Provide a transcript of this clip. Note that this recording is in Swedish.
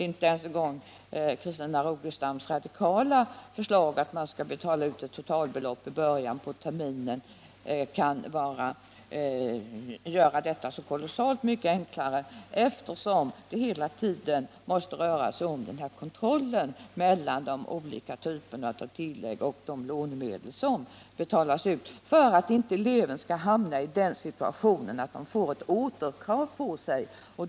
Inte ens Christina Rogestams radikala förslag att ett totalbelopp skall betalas ut i början av terminen gör det så kolossalt mycket enklare, eftersom det hela tiden måste finnas en kontroll mellan de olika typerna av tillägg och de lånemedel som betalas ut. Det gäller ju att se till att eleverna inte hamnar i den situationen att de får ett återkrav på sig.